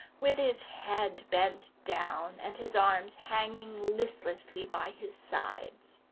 with his head bent down and his arms hanging listlessly by his sides.